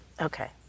Okay